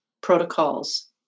protocols